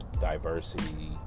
diversity